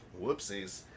Whoopsies